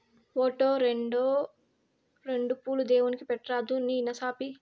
ఓటో, రోండో రెండు పూలు దేవుడిని పెట్రాదూ నీ నసాపి